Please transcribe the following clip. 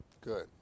Good